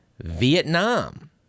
Vietnam